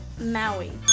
Maui